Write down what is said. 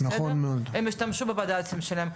הם ישתמשו בבד"צ שלהם,